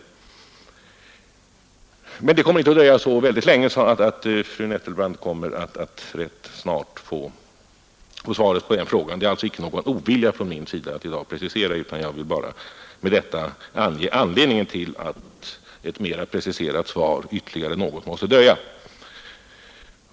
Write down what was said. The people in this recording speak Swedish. Det kommer emellertid inte att dröja så särskilt länge förrän fru Nettelbrandt får svaret på den frågan. Det är alltså inte någon ovilja från min sida att i dag precisera. Jag har med detta bara velat ange anledningen till att ett mera preciserat svar måste dröja ytterligare någon tid.